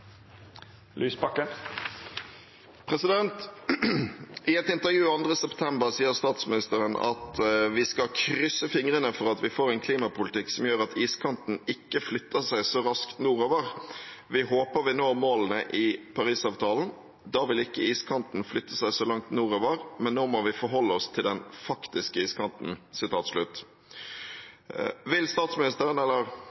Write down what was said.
et intervju 2. september sier statsministeren at «vi skal krysse fingrene for at vi får en klimapolitikk som gjør at iskanten ikke flytter seg så raskt nordover. Vi håper vi når målene i Paris-avtalen. Da vil ikke iskanten flytte seg så langt nordover, men nå må vi forholde oss til den faktiske iskanten».